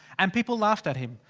and people laughed at him.